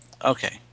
Okay